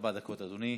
ארבע דקות, אדוני.